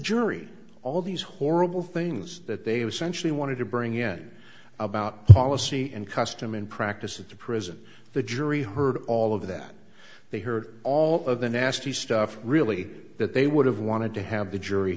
jury all these horrible things that they was centrally wanted to bring in about policy and custom and practice at the prison the jury heard all of that they heard all of the nasty stuff really that they would have wanted to have the jury